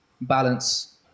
balance